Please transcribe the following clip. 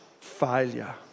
failure